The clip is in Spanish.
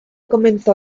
comenzó